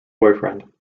boyfriend